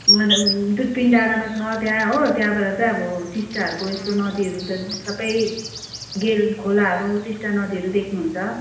दुर्पिन डाँडामा छ त्यहाँ हो त्यहाबाट चाहिँ अब टिस्टाहरूको यस्तो नदीहरू त सबै गेलखोलाहरू टिस्टा नदीहरू देख्नुहुन्छ